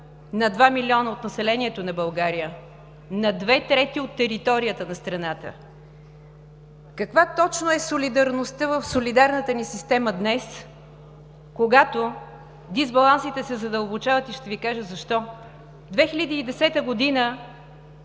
на два милиона от населението на България – на две трети от територията на страната. Каква точно е солидарността в солидарната ни система днес, когато дисбалансите се задълбочават и ще Ви кажа защо – 2010 г.